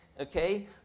okay